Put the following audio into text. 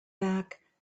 back